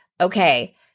Okay